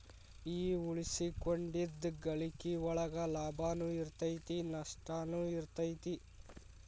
ಈ ಉಳಿಸಿಕೊಂಡಿದ್ದ್ ಗಳಿಕಿ ಒಳಗ ಲಾಭನೂ ಇರತೈತಿ ನಸ್ಟನು ಇರತೈತಿ